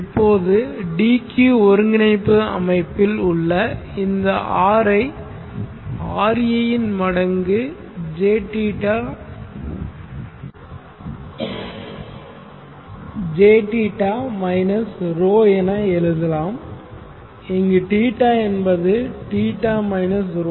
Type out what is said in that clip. இப்போது D Q ஒருங்கிணைப்பு அமைப்பில் உள்ள இந்த R ஐ Re மடங்கு jθ minus ρ என எழுதலாம் இங்கு θ என்பது θ minus ρ